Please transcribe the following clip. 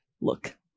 look